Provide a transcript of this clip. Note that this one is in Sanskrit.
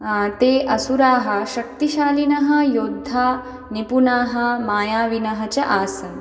ते असुराः शक्तिशालिनः योद्धा निपुणाः मायाविनः च आसन्